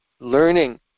learning